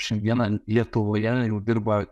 šiandieną lietuvoje jau dirba